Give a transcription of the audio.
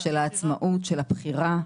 של העצמאות, של הבחירה.